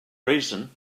reason